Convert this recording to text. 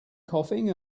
coughing